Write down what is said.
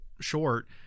short